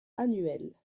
annuels